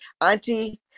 Auntie